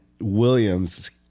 Williams